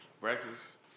Breakfast